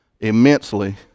immensely